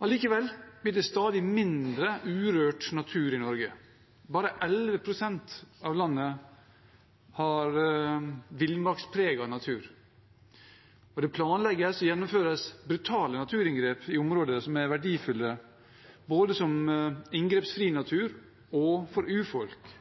Allikevel blir det stadig mindre urørt natur i Norge. Bare 11 pst. av landet har villmarkspreget natur, og det planlegges og gjennomføres brutale naturinngrep i områder som er verdifulle både som inngrepsfri natur og for urfolk.